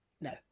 no